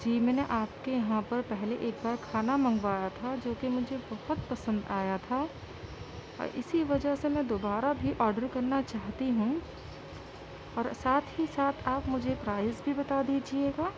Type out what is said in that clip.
جی میں نے آپ کے یہاں پر پہلے ایک بار کھانا منگوایا تھا جو کہ مجھے بہت پسند آیا تھا اور اسی وجہ سے میں دوبارہ بھی آڈر کرنا چاہتی ہوں اور ساتھ ہی ساتھ آپ مجھے پرائز بھی بتا دیجیے گا